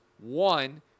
one